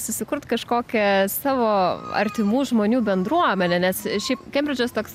susikurt kažkokią savo artimų žmonių bendruomenę nes šiaip kembridžas toks